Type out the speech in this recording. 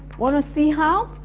want to see how?